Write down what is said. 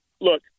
Look